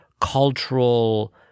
cultural